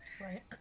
Right